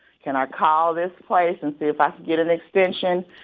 can i call this place and see if i can get an extension?